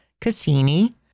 Cassini